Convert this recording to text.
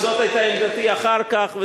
וזאת היתה עמדתי אחר כך,